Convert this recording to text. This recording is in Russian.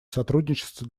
сотрудничество